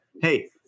hey